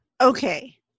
Okay